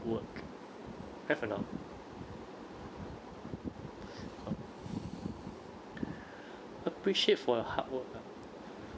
work have or not appreciate for your hard work ah